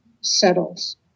settles